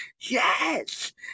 yes